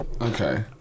okay